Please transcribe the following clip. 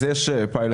יש פיילוט.